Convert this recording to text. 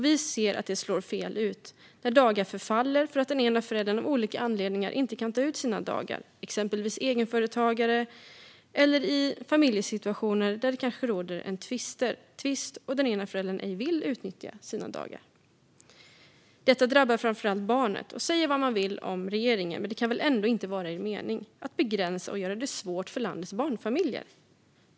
Vi ser att det slår fel ut när dagar förfaller för att föräldrar av olika anledningar inte kan ta ut sina dagar. Det gäller exempelvis egenföretagare eller i familjesituationer där det kanske råder en tvist och den ena föräldern ej vill utnyttja sina dagar. Detta drabbar framför allt barnet. Säga vad man vill om regeringen, men meningen kan väl ändå inte vara att begränsa och göra det svårt för landets barnfamiljer.